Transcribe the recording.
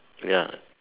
ya